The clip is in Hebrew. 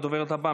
הדוברת הבאה,